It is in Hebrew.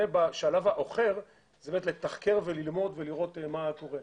בשלב האחר, לתחקר וללמוד ולראות מה קורה.